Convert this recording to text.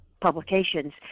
publications